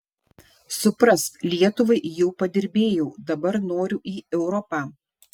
suprask lietuvai jau padirbėjau dabar noriu į europą